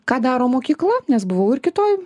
ką daro mokykla nes buvau ir kitoj